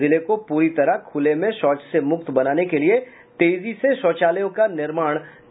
जिले को पूरी तरह खुले में शौच से मुक्त बनाने के लिए तेजी से शौचालयों का निर्माण कराया जा रहा है